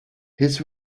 his